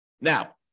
Now